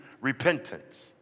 repentance